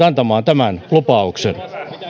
antamaan tämän lupauksen